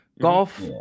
Golf